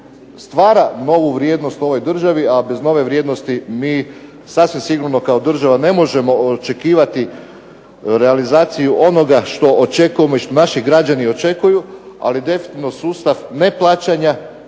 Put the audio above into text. stvara novu vrijednost u ovoj državi, a bez nove vrijednosti mi sasvim sigurno kao država ne možemo očekivati realizaciju onoga što očekujemo i što naši građani očekuju, ali definitivno sustav neplaćanja,